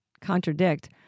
contradict